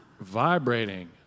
vibrating